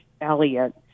Elliott